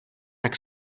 tak